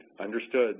understood